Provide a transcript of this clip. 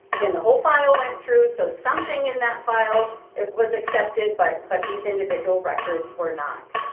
again the whole file went through. so something in that file was accepted, but but these individual records were not.